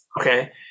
okay